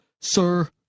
sir